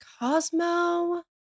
Cosmo